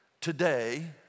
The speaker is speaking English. today